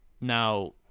now